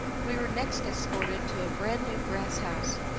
we were next escorted to a brand-new grass house,